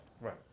Right